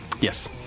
Yes